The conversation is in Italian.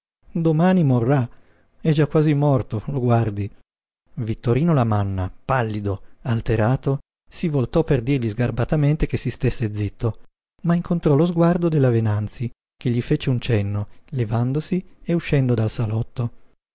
domani morrà è già quasi morto lo guardi vittorino lamanna pallido alterato si voltò per dirgli sgarbatamente che si stesse zitto ma incontrò lo sguardo della venanzi che gli fece un cenno levandosi e uscendo dal salotto